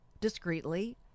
discreetly